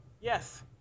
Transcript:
Yes